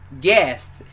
guest